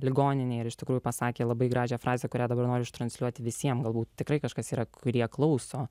ligoninėje ir iš tikrųjų pasakė labai gražią frazę kurią dabar noriu transliuoti visiems galbūt tikrai kažkas yra kurie klauso